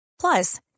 Plus